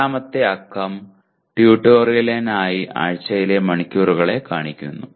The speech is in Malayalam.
രണ്ടാമത്തെ അക്കം ട്യൂട്ടോറിയലിനായി ആഴ്ചയിലെ മണിക്കൂറുകളെ കാണിക്കുന്നു